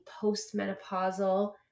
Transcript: postmenopausal